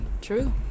True